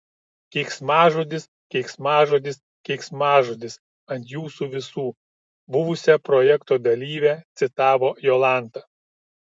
keiksmažodis keiksmažodis keiksmažodis ant jūsų visų buvusią projekto dalyvę citavo jolanta